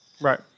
Right